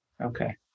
Okay